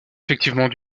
effectivement